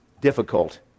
difficult